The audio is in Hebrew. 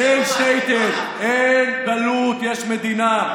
אין שטעטל, אין גלות, יש מדינה.